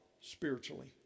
spiritually